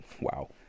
wow